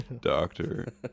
doctor